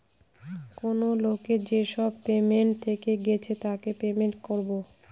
কেনো লোকের যেসব পেমেন্ট থেকে গেছে তাকে পেমেন্ট করবো